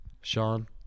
Sean